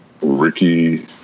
Ricky